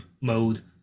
mode